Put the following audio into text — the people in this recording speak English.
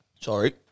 Sorry